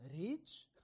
rich